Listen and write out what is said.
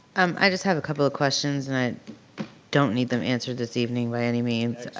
um i just have a couple of questions and i don't need them answered this evening by any means